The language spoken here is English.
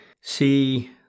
see